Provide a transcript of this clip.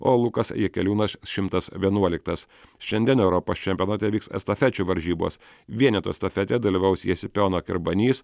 o lukas jakeliūnas šimtas vienuoliktas šiandien europos čempionate vyks estafečių varžybos vienetų estafetėje dalyvaus jesipionak ir banys